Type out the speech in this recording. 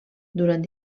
durant